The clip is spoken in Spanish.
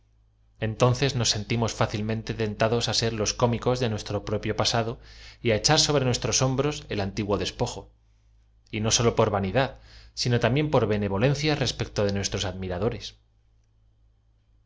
entonces nos sentimos íácilmente tentsdos á ser los cómicos de nuestro propio pasado y á echar sobre nuestros hombros e l antiguo despojo y no sólo por vanidad sino también por benevolencia respecto de nuestros admiradores